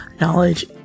knowledge